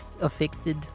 affected